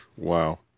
wow